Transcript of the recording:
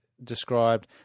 described